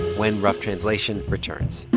when rough translation returns